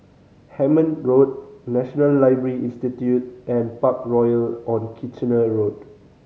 Hemmant Road National Library Institute and Parkroyal on Kitchener Road